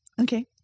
Okay